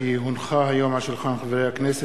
כי הונחו היום על שולחן הכנסת,